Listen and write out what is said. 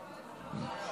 נגד.